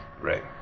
Right